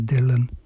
Dylan